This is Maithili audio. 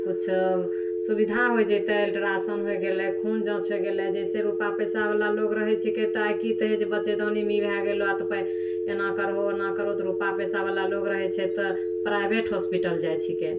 किछु सुविधा हो जेतै अल्ट्रासाउण्ड हो गेलै खून जाँच हो गेलै जइसे रुपा पइसावला लोक रहै छिकै कि तऽ आइ कि हइ तऽ बच्चेदानीमे ई भै गेलऽ तऽ एना करहो तऽ ओना करहो तऽ रुपा पइसावला लोक रहै छै तऽ प्राइवेट हॉस्पिटल जाइ छिकै